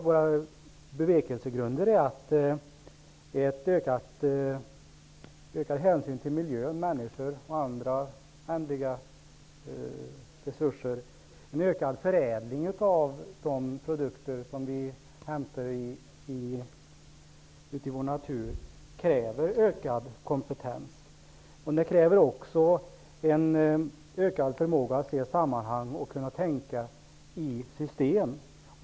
Våra bevekelsegrunder är att en ökad hänsyn till miljö och människor och en ökad förädling av de produkter som vi hämtar från naturen kräver ökad kompetens. Det kräver också en ökad förmåga att se sammanhang och att tänka i system.